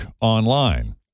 online